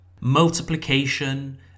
Multiplication